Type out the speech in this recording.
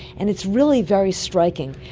and it's really very striking.